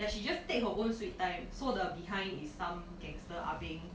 ya she just take her own sweet time so the behind is some gangster ah beng